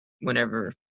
whenever